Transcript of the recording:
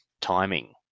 timing